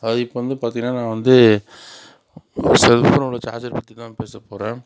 அது இப்போ வந்து பார்த்திங்கன்னா நான் வந்து செல்ஃபோனோட சார்ஜர் பற்றி தான் பேச போகிறேன்